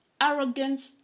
arrogance